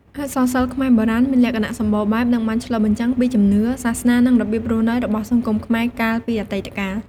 អក្សរសិល្ប៍ខ្មែរបុរាណមានលក្ខណៈសម្បូរបែប និងបានឆ្លុះបញ្ចាំងពីជំនឿ សាសនា និងរបៀបរស់នៅរបស់សង្គមខ្មែរកាលពីអតីតកាល។